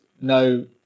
no